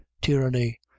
tyranny